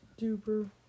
Duper